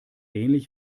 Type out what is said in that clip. ähnlich